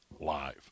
live